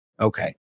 Okay